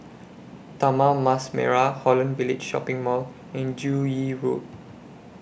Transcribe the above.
Taman Mas Merah Holland Village Shopping Mall and Joo Yee Road